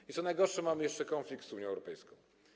I co najgorsze, mamy jeszcze konflikt z Unią Europejską.